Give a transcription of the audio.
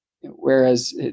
whereas